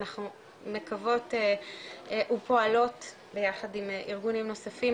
אנחנו מקוות ופועלות ביחד עם ארגונים נוספים